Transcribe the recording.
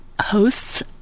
hosts